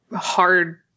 hard